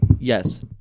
Yes